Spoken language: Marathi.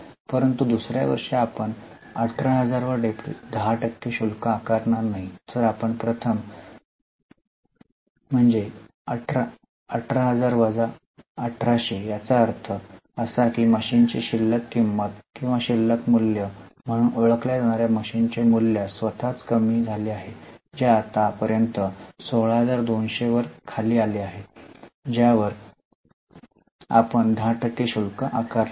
परंतु वर्ष २ मध्ये आम्ही 18000 वर १० टक्के शुल्क आकारणार नाही तर आपण प्रथम म्हणजे १ 18000 वजा 1800 याचा अर्थ असा की मशीनची शिल्लक किंमत किंवा शिल्लक मूल्य म्हणून ओळखल्या जाणार्या मशीनचे मूल्य स्वतःच कमी झाले आहे जे आतापर्यंत 16200 वर आले आहे ज्यावर आपण 10 टक्के शुल्क आकारले आहे